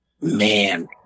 man